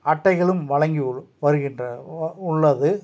அட்டைகளும் வழங்கி வருகின்ற வா உள்ளது